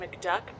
McDuck